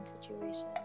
situation